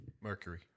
Mercury